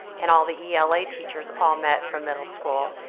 and all the yeah ela teachers all met for middle school.